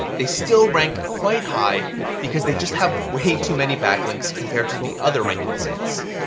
they still rank quite high because they just have way too many backlinks compared to the other ranking sites.